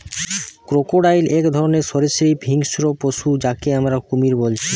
crocodile এক ধরণের সরীসৃপ হিংস্র পশু যাকে আমরা কুমির বলছি